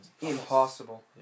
Impossible